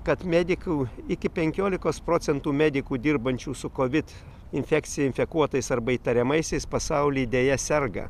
kad medikų iki penkiolikos procentų medikų dirbančių su kovid infekcija infekuotais arba įtariamaisiais pasauly deja serga